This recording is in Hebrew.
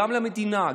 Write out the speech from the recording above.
גם למדינה,